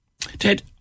Ted